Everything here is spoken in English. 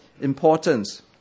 importance